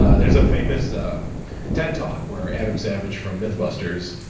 ah there's a famous ted talk where adam savage from mythbusters